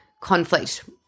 conflict